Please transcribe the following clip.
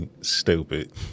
Stupid